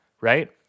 right